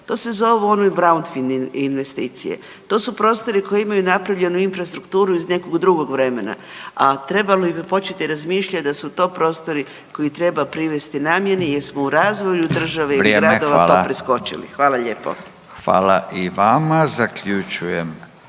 To se zovu …/nerazumljivo/… investicije. To su prostori koji imaju napravljenu infrastrukturu iz nekog drugog vremena, a trebali bi početi razmišljati da su to prostori koje treba privesti namjeni jer smo u razvoju države i gradova …/Upadica: Vrijeme, hvala./… to preskočili.